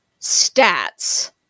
stats